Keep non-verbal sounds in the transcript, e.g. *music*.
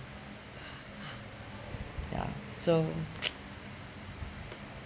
ya so *noise*